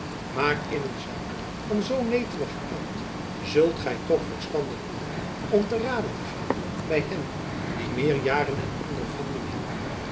maar in een zaak van zoo neteligen aart zult gy toch verstandig doen om te rade te gaan met hen die meer jaren en ondervinding hebben